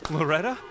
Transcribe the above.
Loretta